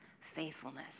faithfulness